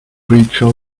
preacher